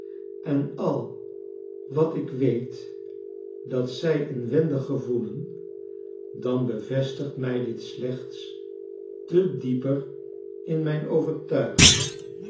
en al wat ik weet dat zij inwendig gevoelen dan bevestigt mij dit slechts te dieper in mijn overtuiging